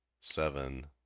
seven